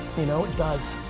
you know, it does.